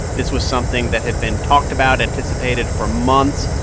this was something that had been talked about, anticipated for months.